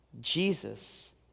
Jesus